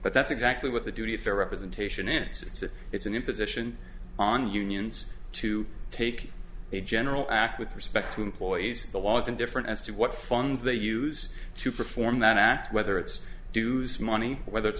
but that's exactly what the duty of fair representation insists it's an imposition on unions to take a general act with respect to employees the law is indifferent as to what funds they use to perform that act whether it's dues money whether it's